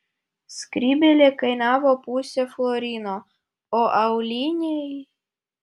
skrybėlė kainavo pusę florino o auliniai